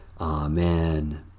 Amen